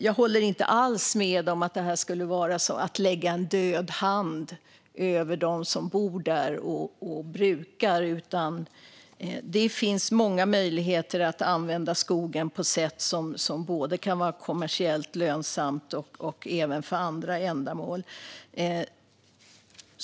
Jag håller inte alls med om att detta skulle vara som att lägga en död hand över dem som bor där och som brukar. Det finns många möjligheter att använda skogen på sätt som kan vara kommersiellt lönsamma och även för andra ändamål.